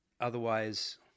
Otherwise